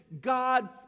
God